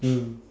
mm